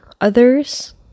others